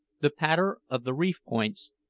the patter of the reef-points,